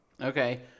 Okay